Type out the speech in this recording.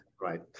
Right